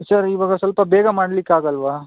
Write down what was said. sir ಇವಾಗ ಸ್ವಲ್ಪ ಬೇಗ ಮಾಡ್ಲಿಕ್ಕೆ ಆಗಲ್ವಾ